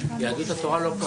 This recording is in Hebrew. יהדות התורה לא פה.